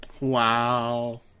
Wow